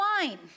wine